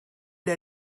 der